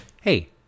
Hey